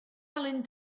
alun